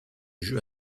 jeu